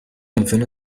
imvune